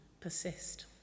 persist